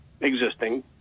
existing